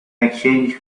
exchange